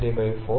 4 mm 0